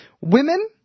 Women